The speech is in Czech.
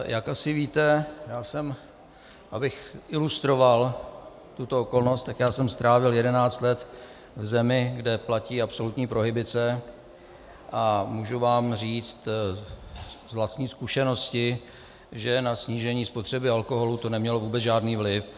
Jak asi víte abych ilustroval tuto okolnost já jsem strávil jedenáct let v zemi, kde platí absolutní prohibice, a můžu vám říct z vlastní zkušenosti, že na snížení spotřeby alkoholu to nemělo vůbec žádný vliv.